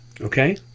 okay